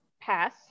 pass